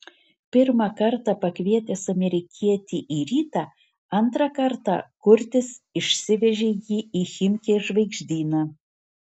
pirmą kartą pakvietęs amerikietį į rytą antrą kartą kurtis išsivežė jį į chimki žvaigždyną